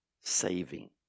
saving